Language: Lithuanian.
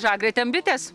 žagrė ten bitės